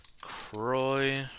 Croy